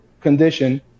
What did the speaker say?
condition